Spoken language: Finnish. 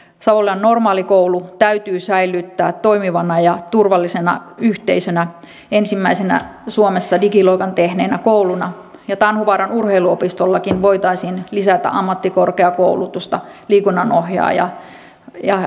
savonlinnan normaalikoulu täytyy säilyttää toimivana ja turvallisena yhteisönä ensimmäisenä suomessa digiloikan tehneenä kouluna ja tanhuvaaran urheiluopistollakin voitaisiin lisätä ammattikorkeakoulutusta liikunnanohjaajakoulutuksen muodossa